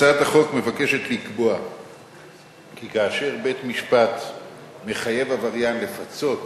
הצעת החוק מבקשת לקבוע כי כאשר בית-משפט מחייב עבריין לפצות